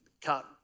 cut